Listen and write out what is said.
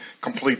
complete